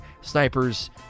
snipers